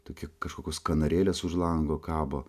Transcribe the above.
tokie kažkokios kanarėlės už lango kabo